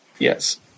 Yes